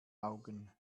augen